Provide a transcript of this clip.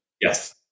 yes